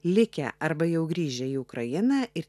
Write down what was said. likę arba jau grįžę į ukrainą ir